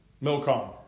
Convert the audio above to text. Milcom